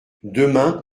demain